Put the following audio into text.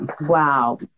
Wow